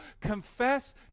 confess